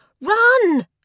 Run